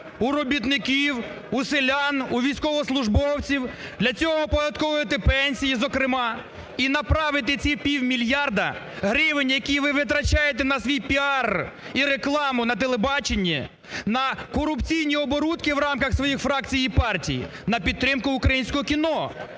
у робітників, у селян, у військовослужбовців, для цього оподатковується пенсії зокрема, і направити ці півмільярда гривень, які ви витрачаєте на свій піар і рекламу на телебаченні, на корупційні оборудки в рамках своїх фракцій і партій, на підтримку українського кіно.